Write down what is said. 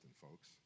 folks